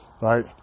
Right